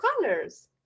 colors